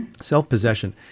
Self-possession